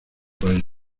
país